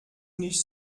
nicht